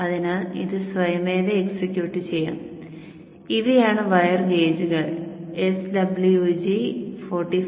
അതിനാൽ ഇത് സ്വയമേവ എക്സിക്യൂട്ട് ചെയ്യപ്പെടും ഇവയാണ് വയർ ഗേജുകൾ swg 45 44